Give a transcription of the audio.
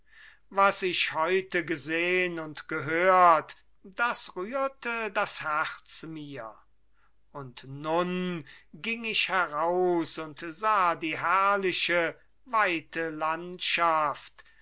was ich heute gesehn und gehört das rührte das herz mir und nun ging ich heraus und sah die herrliche weite landschaft